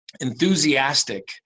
enthusiastic